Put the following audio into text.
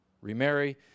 remarry